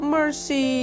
Mercy